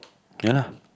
ya lah